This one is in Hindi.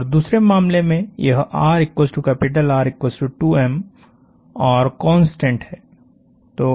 और दूसरे मामले में यहऔर कांस्टेंट है